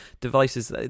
devices